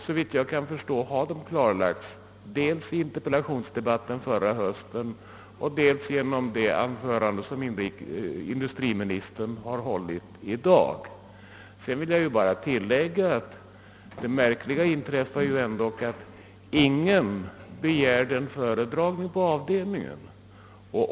Såvitt jag förstår har de klarlagts dels i interpellationsdebatten förra hösten, dels genom det anförande som industriministern i dag har hållit. Det märkliga är att ingen begärde en föredragning på avdelningen.